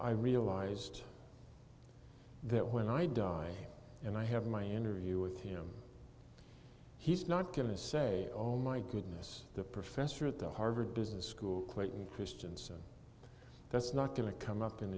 i realized that when i die and i have my interview with him he's not going to say oh my goodness the professor at the harvard business school clayton christensen that's not going to come up in